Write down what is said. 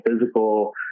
physical